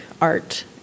art